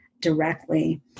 directly